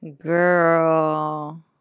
Girl